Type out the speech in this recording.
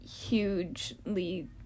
hugely